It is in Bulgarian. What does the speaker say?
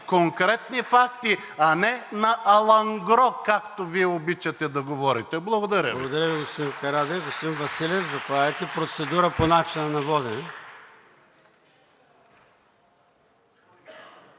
конкретни факти, а не на алангро, както Вие обичате да говорите. Благодаря Ви.